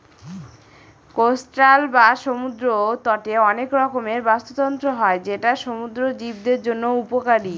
coastal বা সমুদ্র তটে অনেক রকমের বাস্তুতন্ত্র হয় যেটা সমুদ্র জীবদের জন্য উপকারী